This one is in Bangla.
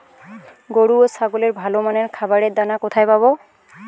গরু ও ছাগলের ভালো মানের খাবারের দানা কোথায় পাবো?